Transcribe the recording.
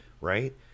right